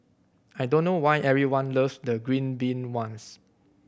I don't know why everyone loves the green bean ones